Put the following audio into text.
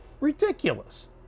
ridiculous